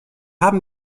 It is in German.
haben